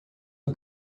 uma